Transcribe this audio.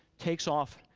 takes off,